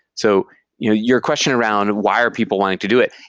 so your your question around why are people wanting to do it.